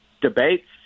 debates